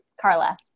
Carla